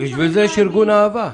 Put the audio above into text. בשביל זה יש ארגון אהב"ה.